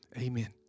Amen